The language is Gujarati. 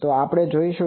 તો આપણે તે જોશું